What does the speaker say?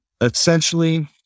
essentially